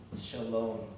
Shalom